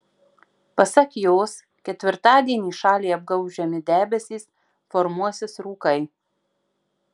pasak jos ketvirtadienį šalį apgaubs žemi debesys formuosis rūkai